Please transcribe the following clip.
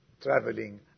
traveling